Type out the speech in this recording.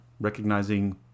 recognizing